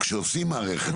כשעושים מערכת,